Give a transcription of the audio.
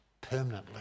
permanently